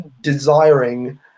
desiring